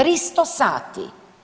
300 sati.